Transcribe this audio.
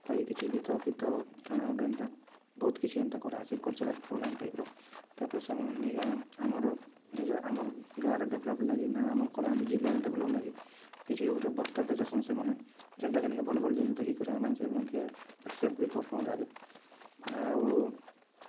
ଲାଗି କିଛି ଗୀତଫୀତ କା'ଣା ଗୁଟେ ଏନ୍ତା ବହୁତ୍ କିଛି ଏନ୍ତା କରାହେସି କଲ୍ଚରାଲ୍ ପ୍ରୋଗ୍ରାମ୍ ଟାଇପ୍ର ତା'ର୍ପରେ ସେମାନ୍ଙ୍କୁ ନେଇକିନା ଆମର୍ ନିଜର୍ ଆମର୍ ଗାଁ'ର ଡ଼େଭଲପ୍ ଲାଗି ନା ଆମର୍ କଳାହାଣ୍ଡି ଜିଲ୍ଲାର୍ ଡ଼େଭଲପ୍ ଲାଗି କିଛି ଗୁଟେ ବକ୍ତବ୍ୟ ଦେସନ୍ ସେମାନେ ଯେନ୍ଟା କି ନିକେ ଭଲ୍ଭଲ୍ ଜିନିଷ୍ ଦେଖିକରି ଆମେ ସେମାନ୍ଙ୍କେ ଆକ୍ସେପ୍ଟ୍ ବି କର୍ସୁଁ ଅଧାକେ ଆଉ